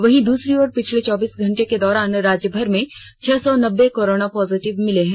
वहीं दूसरी ओर पिछले चौबीस घंटे के दौरान राज्यभर में छह सौ नब्बे कोरोना पॉजिटिव मिले हैं